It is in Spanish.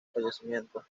fallecimiento